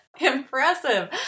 impressive